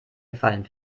gefallen